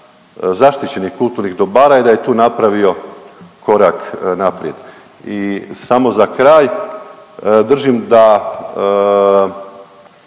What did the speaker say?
zaštićenih kulturnih dobara i da je tu napravio korak naprijed. I samo za kraj držim da